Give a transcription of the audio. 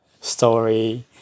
story